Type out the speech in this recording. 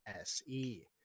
SE